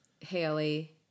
Haley